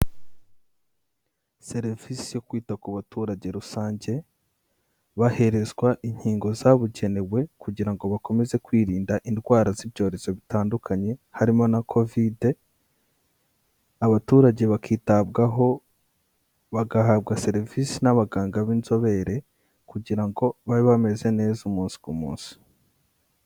Serivisi yo kwita ku baturage rusange, baherezwa inkingo zabugenewe kugira ngo bakomeze kwirinda indwara z'ibyorezo bitandukanye, harimo na kovide, abaturage bakitabwaho bagahabwa serivisi n'abaganga b'inzobere kugira ngo babe bameze neza umunsi ku munsi.